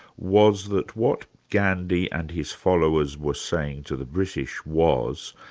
was that what gandhi and his followers were saying to the british was